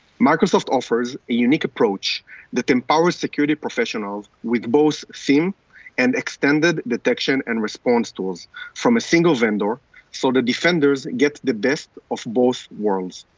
microsoft offers a unique approach that empowers security professional with both theme and extended detection and response tools from a single vendor so the defenders get the best of both worlds,